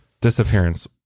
Disappearance